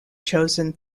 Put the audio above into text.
chosen